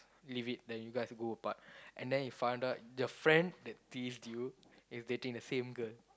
leave it then you guys go apart and then you found out your friend that teased you is dating the same girl